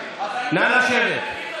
נא לשבת.